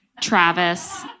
Travis